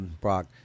Brock